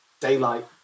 daylight